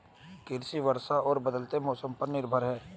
कृषि वर्षा और बदलते मौसम पर निर्भर है